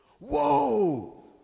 Whoa